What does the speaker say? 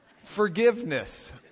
Forgiveness